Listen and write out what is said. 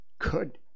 Good